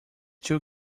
two